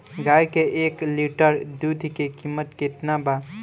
गाय के एक लीटर दुध के कीमत केतना बा?